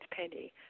Penny